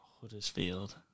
Huddersfield